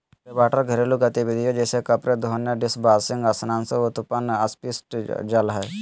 greywater घरेलू गतिविधिय जैसे कपड़े धोने, डिशवाशिंग स्नान से उत्पन्न अपशिष्ट जल हइ